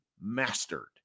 mastered